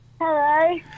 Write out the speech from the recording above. Hello